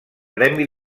premi